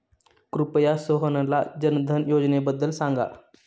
कृपया सोहनला जनधन योजनेबद्दल सांगा